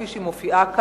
כפי שהיא מופיעה כאן,